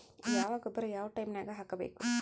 ಯಾವ ಗೊಬ್ಬರ ಯಾವ ಟೈಮ್ ನಾಗ ಹಾಕಬೇಕು?